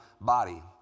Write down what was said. body